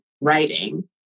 writing